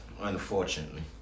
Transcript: Unfortunately